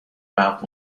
about